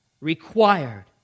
required